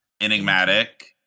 enigmatic